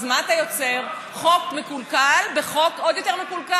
אז מה אתה יוצר, חוק מקולקל בחוק עוד יותר מקולקל?